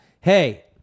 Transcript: Hey